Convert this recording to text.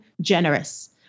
generous